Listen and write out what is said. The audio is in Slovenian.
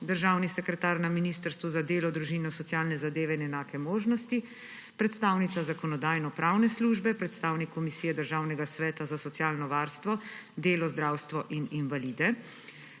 državni sekretar na Ministrstvu za delo, družino, socialne zadeve in enake možnosti, predstavnica Zakonodajno-pravne službe, predstavnik komisije Državnega sveta za socialno varstvo, delo, zdravstvo in invalide,